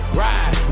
ride